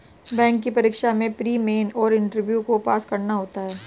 bank की परीक्षा में प्री, मेन और इंटरव्यू को पास करना होता है